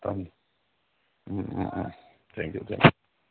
um um um thank you thank U